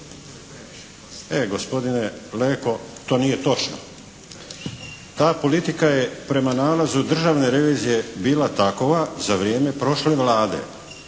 E gospodine Leko to nije točno! Ta politika je prema nalazu Državne revizije bila takova za vrijeme prošle Vlade,